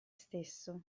stesso